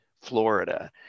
Florida